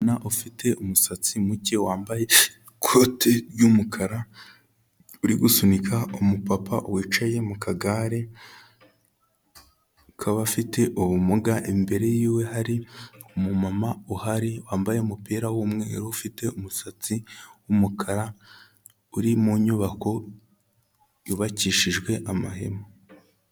Umwana ufite umusatsi muke wambaye ikote ry'umukara, uri gusunika umupapa wicaye mu kagare k'abafite ubumuga, imbere yiwe hari umumama uhari wambaye umupira w'umweru ufite umusatsi w'umukara, uri mu nyubako yubakishijwe amahema.